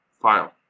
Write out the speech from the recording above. file